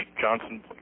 Johnson